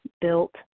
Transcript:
built